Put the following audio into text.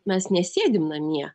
mes nesėdim namie